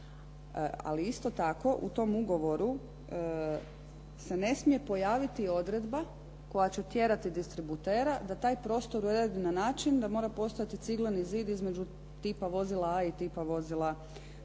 Ali isto tako, u tom ugovoru se ne smije pojaviti odredba koja će tjerati distributera da taj prostor uredi na način da mora postojati cigleni zid između tipa vozila A i tipa vozila B,